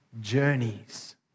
journeys